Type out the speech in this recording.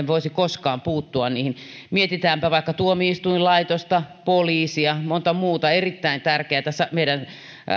voisi koskaan puuttua siihen mietitäänpä vaikka tuomioistuinlaitosta poliisia monta muuta erittäin tärkeätä meidän